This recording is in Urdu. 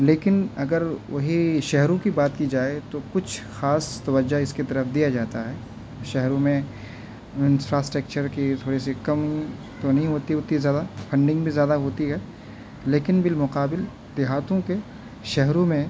لیکن اگر وہی شہروں کی بات کی جائے تو کچھ خاص توجہ اس کی طرف دیا جاتا ہے شہروں میں انفراسٹیکچر کی تھوڑی سی کم تو نہیں ہوتی اتنی زیادہ فنڈنگ بھی زیادہ ہوتی ہے لیکن بالمقابل دیہاتوں کے شہروں میں